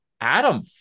Adam